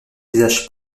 visage